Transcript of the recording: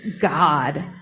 God